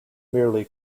merely